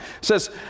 says